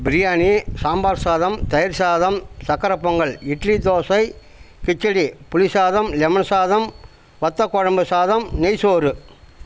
பிரியாணி சாம்பார் சாதம் தயிர் சாதம் சக்கரை பொங்கல் இட்லி தோசை கிச்சடி புளி சாதம் லெமன் சாதம் வத்தக்குழம்பு சாதம் நெய் சோறு